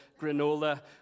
granola